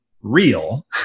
real